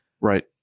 Right